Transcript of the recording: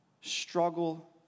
struggle